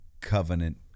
covenant